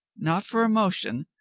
not for emotion,